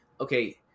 okay